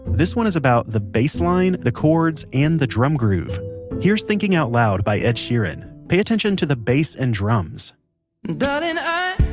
this one is about the bassline, the chords and the drum grove here's thinking out loud by ed sheeran. pay attention to the bass and drums and ah